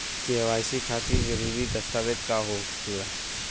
KYC खातिर जरूरी दस्तावेज का का होला?